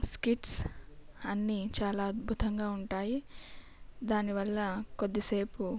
skits అన్నీ చాలా అద్బుతంగా ఉంటాయి దాని వల్ల కొద్ది సేపు